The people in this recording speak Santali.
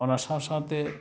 ᱚᱱᱟ ᱥᱟᱶ ᱥᱟᱶᱛᱮ